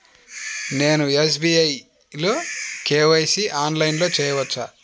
నేను ఎస్.బీ.ఐ లో కే.వై.సి ఆన్లైన్లో చేయవచ్చా?